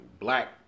black